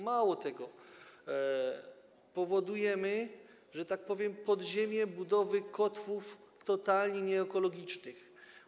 Mało tego, powodujemy, że tak powiem, powstanie podziemia budowy kotłów totalnie nieekologicznych.